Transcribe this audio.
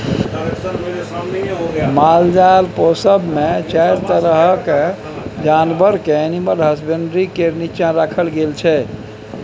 मालजाल पोसब मे चारि तरहक जानबर केँ एनिमल हसबेंडरी केर नीच्चाँ राखल गेल छै